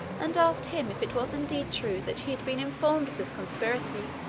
and asked him if it was indeed true that he had been informed of this conspiracy,